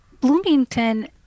Bloomington